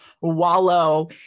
wallow